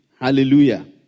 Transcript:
Hallelujah